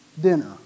dinner